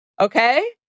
Okay